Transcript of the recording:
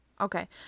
Okay